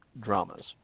dramas